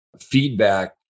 feedback